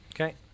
Okay